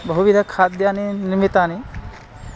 बहुविधखाद्यानि निर्मितानि